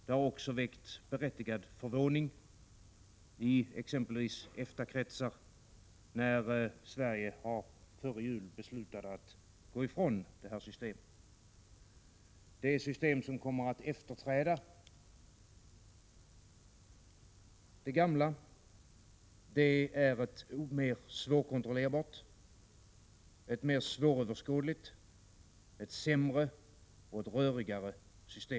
Det väckte därför berättigad förvåning i exempelvis EFTA-kretsar när Sverige före jul beslöt att gå ifrån detta system. Det system som kommer att efterträda det gamla är svårkontrollerbart, mer svåröverskådligt, sämre och rörigare.